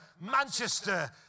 Manchester